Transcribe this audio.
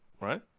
right